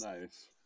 Nice